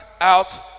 out